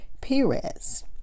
Perez